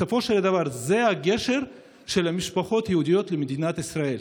בסופו של דבר זה הגשר של המשפחות היהודיות למדינת ישראל.